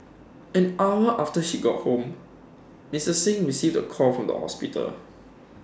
an hour after she got home Mister Singh received the call from the hospital